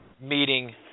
Meeting